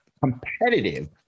competitive